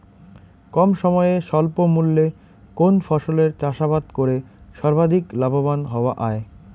কম সময়ে স্বল্প মূল্যে কোন ফসলের চাষাবাদ করে সর্বাধিক লাভবান হওয়া য়ায়?